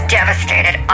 devastated